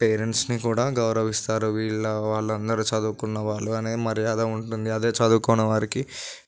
పేరెంట్స్ని కూడా గౌరవిస్తారు వీళ్ళ వాళ్ళందరూ చదువుకున్న వాళ్ళు అనే మర్యాద ఉంటుంది అదే చదువుకోని వారికి